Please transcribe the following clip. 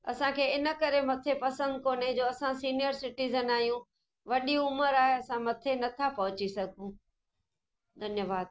असांखे इन करे मथे पसंदि कोन्हे जो असां सीनियर सिटीज़न आहियूं वॾी उमिरि आहे असां मथे नथा पहुची सघूं धन्यवाद